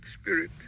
spirit